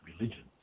religion